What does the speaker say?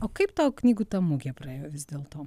o kaip tau knygų ta mugė praėjo vis dėlto